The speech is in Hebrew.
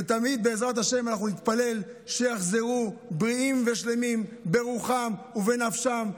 ותמיד בעזרת ה' אנחנו נתפלל שיחזרו בריאים ושלמים ברוחם ובנפשם,